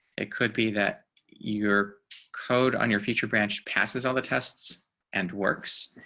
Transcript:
it could be that your code on your feature branch passes all the tests and works.